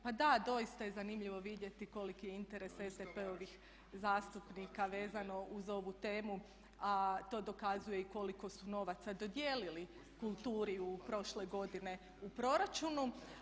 Pa da, doista je zanimljivo vidjeti koliki je interes SDP-ovih zastupnika vezano uz ovu temu a to dokazuje i koliko su novaca dodijelili kulturi u prošloj godini u proračunu.